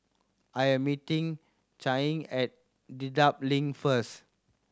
I am meeting Channing at Dedap Link first